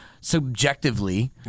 subjectively